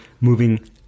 moving